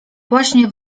właśnie